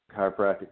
chiropractic